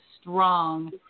strong